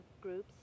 groups